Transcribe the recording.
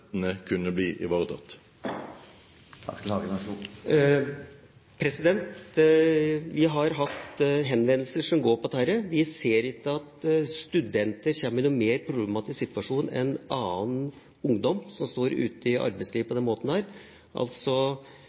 studentene kunne bli ivaretatt? Vi har hatt henvendelser som går på dette. Vi ser ikke at studenter kommer i noen mer problematisk situasjon enn annen ungdom som står ute i arbeidslivet, på den måten.